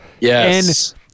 Yes